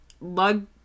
Lug